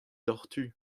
diouzhtu